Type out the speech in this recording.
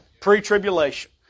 Pre-tribulation